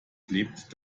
klebt